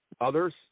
others